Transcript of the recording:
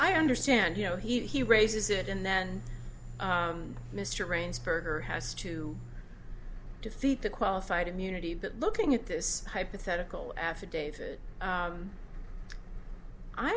i understand you know he he raises it and then mr raines berger has to defeat the qualified immunity but looking at this hypothetical affidavit